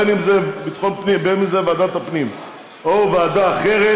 בין אם זה ועדת הפנים או ועדה אחרת,